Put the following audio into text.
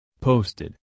posted